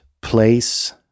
place